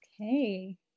Okay